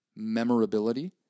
Memorability